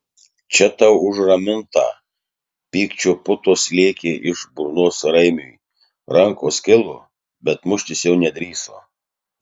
čia tau už ramintą pykčio putos lėkė iš burnos raimiui rankos kilo bet muštis jau nedrįso